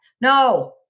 No